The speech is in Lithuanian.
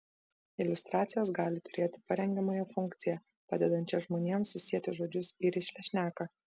iliustracijos gali turėti parengiamąją funkciją padedančią žmonėms susieti žodžius į rišlią šneką